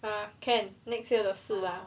err can next year 的事 lah